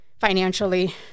financially